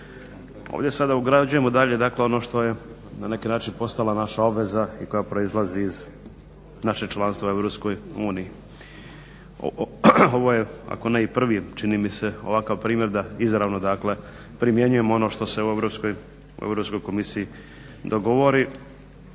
Ovdje sada ugrađujemo dalje dakle ono što je na neki način postala naša obveza koja proizlazi iz našeg članstva u Europskoj uniji. Ovo je ako ne i prvi čini mi se ovakav primjer da izravno dakle primjenjujemo ono što se u Europskoj komisiji dogovori